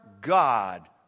God